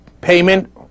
payment